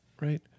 right